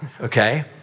okay